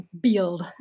build